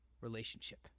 relationship